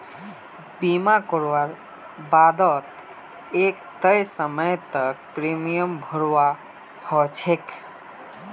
बीमा करवार बा द एक तय समय तक प्रीमियम भरवा ह छेक